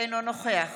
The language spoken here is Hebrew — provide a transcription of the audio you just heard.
אינו נוכח